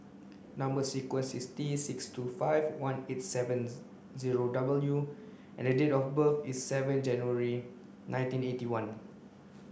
number sequence is T six two five one eight seven zero W and date of birth is seven January nineteen eighty one